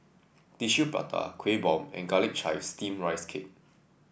Tissue Prata Kueh Bom and garlic chives steam Rice Cake